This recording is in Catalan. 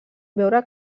veure